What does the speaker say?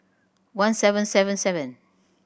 one seven seven seven